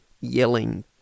yelling